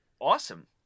awesome